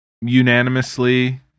unanimously